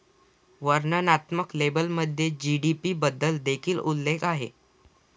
वर्णनात्मक लेबलमध्ये जी.डी.पी बद्दल देखील उल्लेख आहे